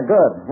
Good